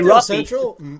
Central